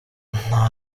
nta